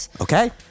Okay